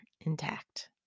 intact